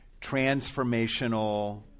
Transformational